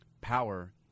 power